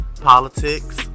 politics